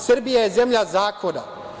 Srbija je zemlja zakona.